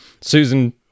Susan